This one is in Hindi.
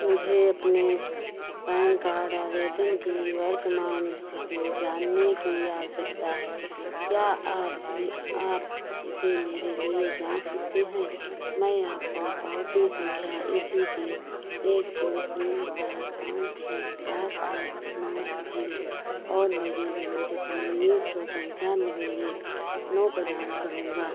मुझे अपने पैन कार्ड आवेदन की वर्तमान स्थिति जानने की आवश्यकता है क्या आप इसे मेरे लिए जाँच सकते हैं मैं आपको पावती संख्या ए सी के एक दो तीन चार पाँच छः सात आठ नौ जीरो और मेरी जन्म तिथि उन्नीस सौ पंचानवे एक नौ प्रदान करूँगा